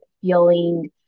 feeling